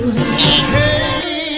Hey